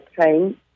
train